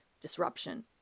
disruption